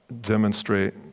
demonstrate